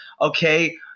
okay